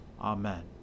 Amen